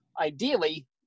ideally